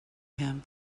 him